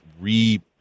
re